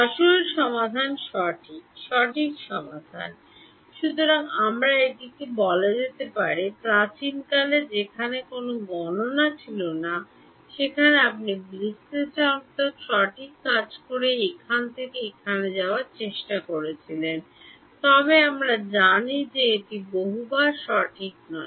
আসল সমাধান সঠিক সঠিক সমাধান সুতরাং আমরা এটিকে বলা যেতে পারি প্রাচীন কালে যেখানে কোনও গণনা ছিল না সেখানে আপনি বিশ্লেষণাত্মক সঠিক কাজ করে এখানে থেকে এখানে যাওয়ার চেষ্টা করেছিলেন তবে আমরা জানি যে এটি বহুবার সঠিক নয়